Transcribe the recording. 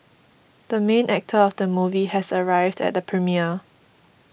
the main actor of the movie has arrived at the premiere